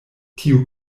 tiu